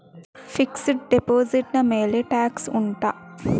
fixed deposit ನ ಮೇಲೆ tax ಉಂಟಾ